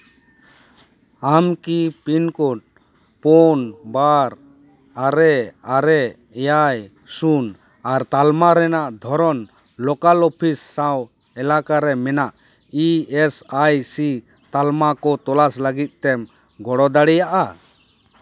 ᱟᱢᱠᱤ pin code ᱯᱩᱱ ᱵᱟᱨ ᱟᱨᱮ ᱟᱨᱮ ᱮᱭᱟᱭ ᱥᱩᱱ ᱟᱨ ᱛᱟᱞᱢᱟ ᱨᱮᱱᱟᱜ ᱫᱷᱚᱨᱚᱱ ᱞᱳᱠᱟᱞ ᱚᱯᱤᱥ ᱥᱟᱶ ᱮᱞᱟᱠᱟ ᱨᱮ ᱢᱮᱱᱟᱜ ᱤ ᱮᱥ ᱟᱭ ᱥᱤ ᱛᱟᱞᱢᱟ ᱠᱚ ᱛᱚᱞᱟᱥ ᱞᱟᱹᱜᱤᱫ ᱛᱮᱢ ᱜᱚᱲᱚ ᱫᱟᱲᱮᱭᱟᱜᱼᱟ